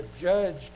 judged